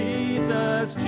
Jesus